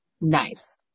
Nice